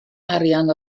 arian